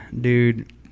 dude